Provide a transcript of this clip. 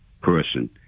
person